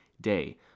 day